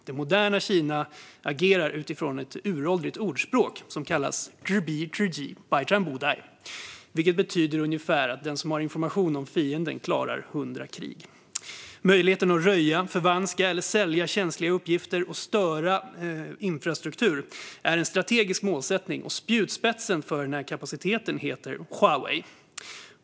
Det moderna Kina agerar utifrån ett uråldrigt ordspråk - zhi bi zhi ji, bai zhan bu dai - vilket ungefär betyder att den som har information om fienden klarar hundra krig. Möjligheten att röja, förvanska eller sälja känsliga uppgifter och störa känslig infrastruktur är en strategisk målsättning, och spjutspetsen för den kapaciteten heter Huawei.